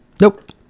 Nope